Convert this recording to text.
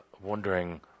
wondering